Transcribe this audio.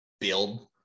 build